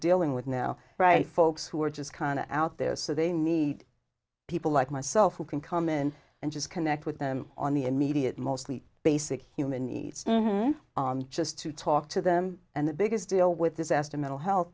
dealing with now right folks who are just kind of out there so they need people like myself who can come in and just connect with them on the immediate mostly basic human needs just to talk to them and the biggest deal with this asked a mental health